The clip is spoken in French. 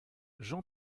jean